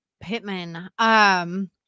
Pittman